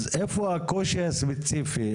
אז איפה הקושי הספציפי?